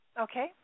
Okay